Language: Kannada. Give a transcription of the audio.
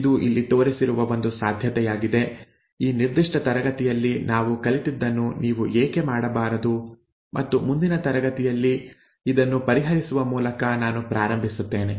ಇದು ಇಲ್ಲಿ ತೋರಿಸಿರುವ ಒಂದು ಸಾಧ್ಯತೆಯಾಗಿದೆ ಈ ನಿರ್ದಿಷ್ಟ ತರಗತಿಯಲ್ಲಿ ನಾವು ಕಲಿತದ್ದನ್ನು ನೀವು ಏಕೆ ಮಾಡಬಾರದು ಮತ್ತು ಮುಂದಿನ ತರಗತಿಯಲ್ಲಿ ಇದನ್ನು ಪರಿಹರಿಸುವ ಮೂಲಕ ನಾನು ಪ್ರಾರಂಭಿಸುತ್ತೇನೆ